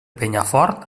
penyafort